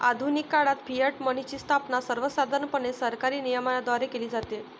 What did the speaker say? आधुनिक काळात फियाट मनीची स्थापना सर्वसाधारणपणे सरकारी नियमनाद्वारे केली जाते